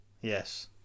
Yes